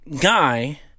guy